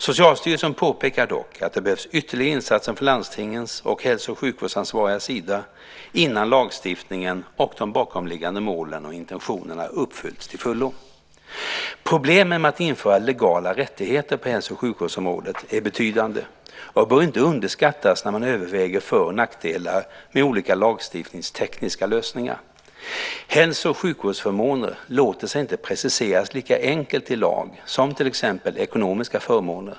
Socialstyrelsen påpekar dock att det behövs ytterligare insatser från landstingens och hälso och sjukvårdsansvarigas sida innan lagstiftningen och de bakomliggande målen och intentionerna har uppfyllts till fullo. Problemen med att införa legala rättigheter på hälso och sjukvårdsområdet är betydande och bör inte underskattas när man överväger för och nackdelar med olika lagstiftningstekniska lösningar. Hälso och sjukvårdsförmåner låter sig inte preciseras lika enkelt i lag som till exempel ekonomiska förmåner.